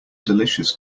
delicious